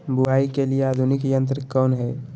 बुवाई के लिए आधुनिक यंत्र कौन हैय?